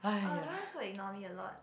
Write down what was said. oh Joey also ignore me a lot